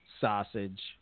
sausage